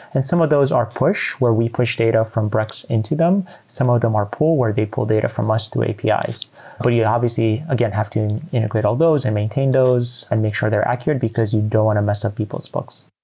and some of those are push where we push data from brex into them. some of them are pull, where they pull data from us through apis. but you obviously, again, have to integrate all those and maintain those and make sure they're accurate because you don't want to mess up people's books.